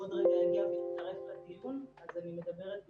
הוא עוד רגע יגיע ויצטרף לדיון ואני מדברת בשמו.